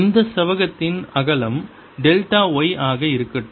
இந்த செவ்வகத்தின் அகலம் டெல்டா y ஆக இருக்கட்டும்